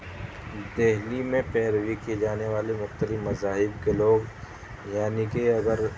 دہلی میں پیروی کی جانے والے مختلف مذاہب کے لوگ یعنی کہ اگر